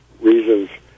reasons